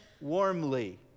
warmly